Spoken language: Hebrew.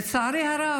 לצערי הרב,